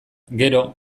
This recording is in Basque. gero